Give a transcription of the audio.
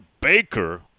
Baker